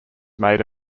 made